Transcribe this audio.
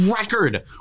record